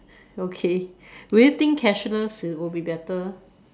okay would you think cashless is will be better